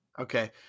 Okay